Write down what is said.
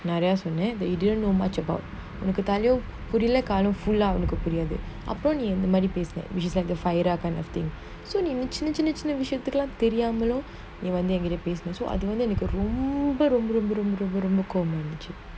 நெறயசொன்ன that you didn't know much about எனக்குதலையும்புரியலகாலும்புரியல:enaku thalayum puriala kaalum puriala which is the fahira and the thing so initially சின்னசின்னவிஷயத்துக்கெல்லாம்நீவந்துதெரியாமபேசுனஅதுவந்துஎனக்குரொம்பரொம்பகோபமாஇருந்துச்சு:chinna chinna visayathukellam nee vandhu theriama pesuna adhu vandhu enaku romba romba kobama irunthuchu